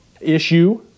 issue